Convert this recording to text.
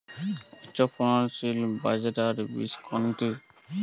উচ্চফলনশীল বাজরার বীজ কোনটি?